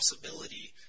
possibility